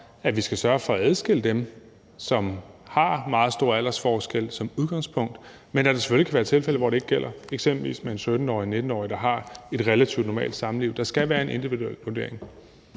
skal sørge for at adskille de par, hvor der er meget stor aldersforskel, men at der selvfølgelig kan være tilfælde, hvor det ikke gælder, eksempelvis når det drejer sig om en 17-årig og en 19-årig, der har et relativt normalt samliv. Der skal være en individuel vurdering.